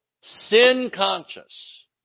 sin-conscious